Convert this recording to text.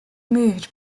moved